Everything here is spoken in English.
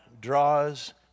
draws